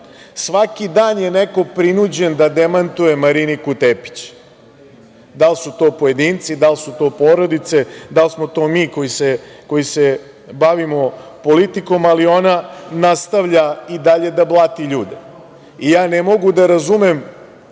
dan je neko prinuđen da demantuje Mariniku Tepić, da li su to pojedinci, da li su to porodice, da li smo to mi koji se bavimo politikom, ali ona nastavlja i dalje da blati ljude. Ne mogu da razumem